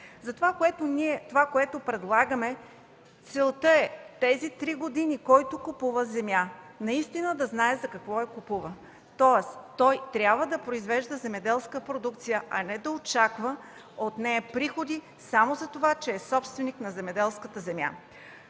на това, което предлагаме, е тези три години, който купува земя, наистина да знае за какво я купува. Тоест той трябва да произвежда земеделска продукция, а не да очаква от нея приходи само за това, че е собственик на земеделската земя.